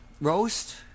roast